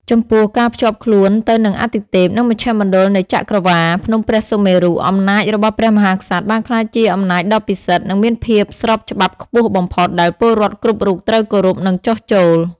ចំពោះ ការភ្ជាប់ខ្លួនទៅនឹងអាទិទេព និងមជ្ឈមណ្ឌលនៃចក្រវាឡ ភ្នំព្រះសុមេរុ អំណាចរបស់ព្រះមហាក្សត្របានក្លាយជាអំណាចដ៏ពិសិដ្ឋ និងមានភាពស្របច្បាប់ខ្ពស់បំផុត ដែលពលរដ្ឋគ្រប់រូបត្រូវគោរព និងចុះចូល។